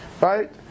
Right